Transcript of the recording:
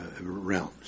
realms